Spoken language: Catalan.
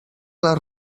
les